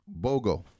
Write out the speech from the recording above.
BOGO